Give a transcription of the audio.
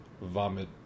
vomit